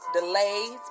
delays